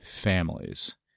families